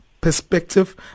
perspective